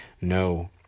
No